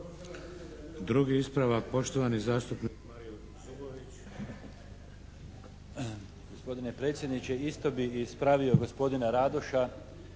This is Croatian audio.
Drugi ispravak, poštovani zastupnik Mario Zubović. **Zubović, Mario (HDZ)** Gospodine predsjedniče! Isto bih ispravio gospodina Radoša